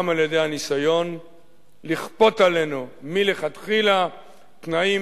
גם על-ידי הניסיון לכפות עלינו מלכתחילה תנאים